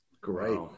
Great